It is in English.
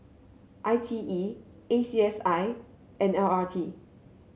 I T E A C S I and L R T